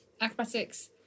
acrobatics